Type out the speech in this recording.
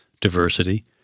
diversity